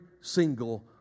single